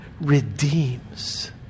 redeems